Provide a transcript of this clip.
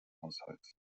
haushalts